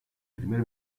primer